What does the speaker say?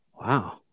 Wow